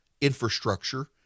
infrastructure